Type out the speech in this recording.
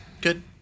Good